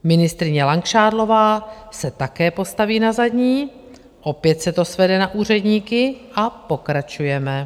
Ministryně Langšádlová se také postaví na zadní, opět se to svede na úředníky a pokračujeme.